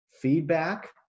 feedback